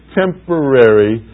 temporary